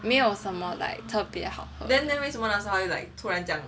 没有什么 like 特别好